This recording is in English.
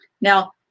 Now